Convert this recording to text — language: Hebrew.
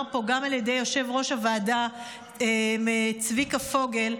פה גם על ידי יושב-ראש הוועדה צביקה פוגל,